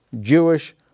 Jewish